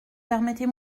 permettez